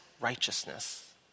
Righteousness